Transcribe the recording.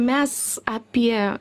mes apie